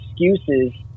excuses